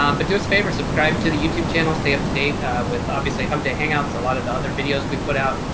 um but do a favor subscribe to the youtube channel. stay up to date with obviously hump day hangouts, a lot of the other videos we put out,